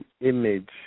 image